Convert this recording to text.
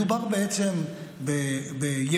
מדובר בעצם ביבוא,